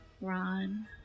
Ron